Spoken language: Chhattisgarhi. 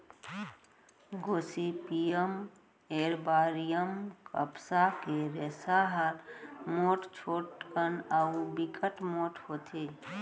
गोसिपीयम एरबॉरियम कपसा के रेसा ह मोठ, छोटकन अउ बिकट पोठ होथे